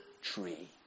tree